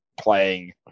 playing